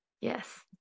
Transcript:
Yes